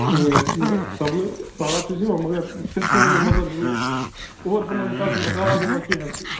supply آب چھُس یِوان تِتھ پٲٹھۍ نہٕ مطلب ہُہ اُور فُلو حِساب چھُنہٕ اَتھ آب یِوان کیٚنٛہہ حظ